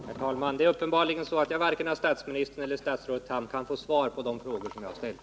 Herr talman! Jag kan uppenbarligen inte vare sig av statsministern eller av statsrådet Tham få svar på de frågor som jag har ställt.